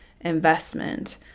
investment